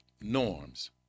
norms